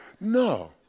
No